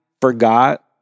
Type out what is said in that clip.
forgot